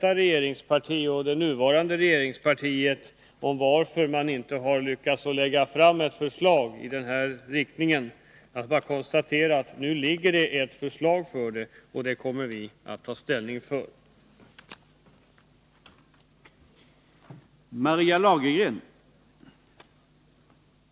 d. regeringsparti och det nuvarande regeringspartiet om anledningen till att man inte har lyckats få fram ett förslag i den här riktningen. Jag vill bara konstatera att det nu föreligger ett förslag, och vi kommer att ställning till förmån för det.